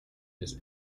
his